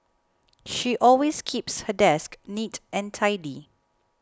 she always keeps her desk neat and tidy